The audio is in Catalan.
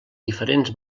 diferents